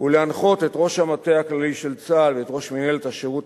ולהנחות את ראש המטה הכללי של צה"ל ואת ראש מינהלת השירות